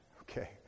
okay